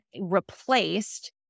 replaced